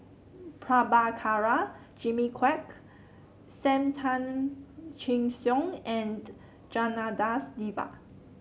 Prabhakara Jimmy Quek Sam Tan Chin Siong and Janadas Devan